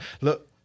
Look